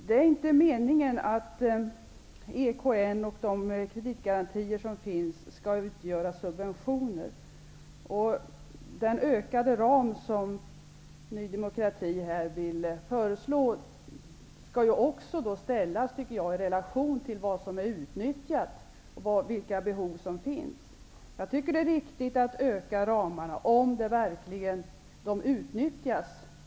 Det är inte meningen att EKN:s kreditgarantier skall utgöra subventioner. Den ökade ram som Ny demokrati föreslår skall ställas i relation till vad som har utnyttjats och vilka behov som finns. Jag tycker att det är riktigt att öka ramarna om de verkligen utnyttjas.